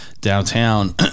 downtown